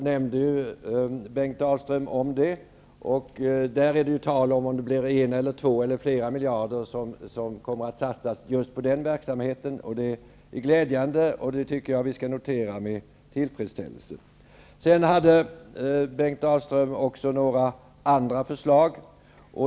Där är det fråga om 1, 2 eller flera miljarder som skall satsas på den verksamheten. Det är glädjande, och det skall vi notera med tillfredsställelse. Bengt Dalström hade också några andra förslag.